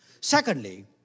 Secondly